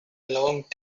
long